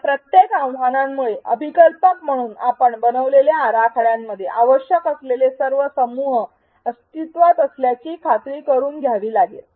या प्रत्येक आव्हानामुळे अभीकल्पक म्हणून आपण बनवलेल्या आराखड्यामध्ये आवश्यक असलेले सर्व समूह अस्तित्वात असल्याची खात्री करून घ्यावी लागेल